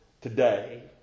today